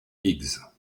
higgs